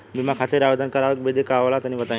बीमा खातिर आवेदन करावे के विधि का होला तनि बताईं?